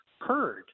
heard